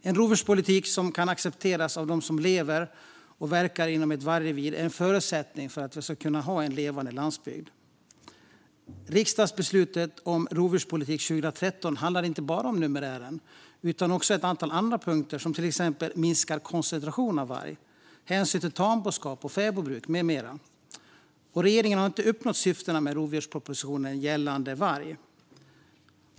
En rovdjurspolitik som kan accepteras av dem som lever och verkar inom ett vargrevir är en förutsättning för att vi ska kunna ha en levande landsbygd. Riksdagsbeslutet om rovdjurspolitiken 2013 handlade inte bara om numerären utan också om ett antal andra punkter, till exempel minskad koncentration av varg och hänsyn till tamboskap och fäbodbruk. Regeringen har inte uppnått syftena med rovdjurspropositionen gällande varg.